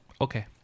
Okay